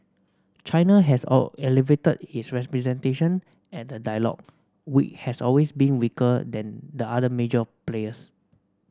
China has all elevated its representation at the dialogue we has always been weaker than the other major players